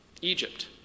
Egypt